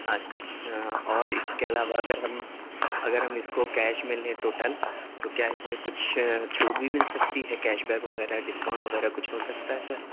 اچھا اور اس کے علاوہ اگر ہم اگر ہم اس کو کیش میں لیں ٹوٹل تو کیا اس میں کچھ چھوٹ بھی مل سکتی ہے کیش بیک وغیرہ ڈسکاؤنٹ وغیرہ کچھ ہو سکتا ہے سر